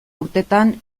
urtetan